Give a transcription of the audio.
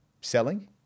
selling